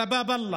עלא באב אללה.